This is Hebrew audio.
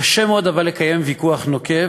קשה מאוד לקיים ויכוח נוקב,